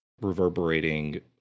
reverberating